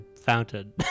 fountain